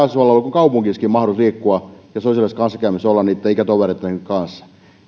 kaupungissakin mahdollisuus liikkua ja sosiaalisessa kanssakäymisessä olla ikätovereitten kanssa